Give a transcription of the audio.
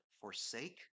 forsake